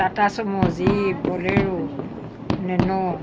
Tata sumo jeep bolero nano